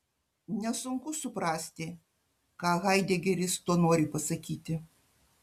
nesunku suprasti ką haidegeris tuo nori pasakyti